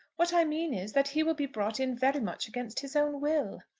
what i mean is, that he will be brought in very much against his own will.